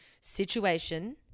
situation